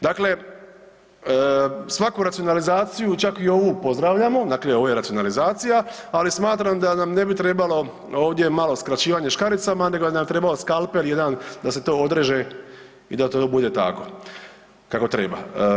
Dakle, svaku racionalizaciju, čak i ovu pozdravljamo, dakle ovo je racionalizacija, ali smatram da nam ne bi trebalo ovdje malo skraćivanje škaricama nego bi nam trebalo skalpel jedan da se to odreže i da to bude tako kako treba.